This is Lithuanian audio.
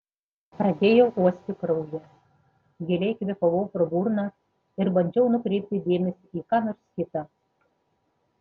pradėjau uosti kraują giliai kvėpavau pro burną ir bandžiau nukreipti dėmesį į ką nors kita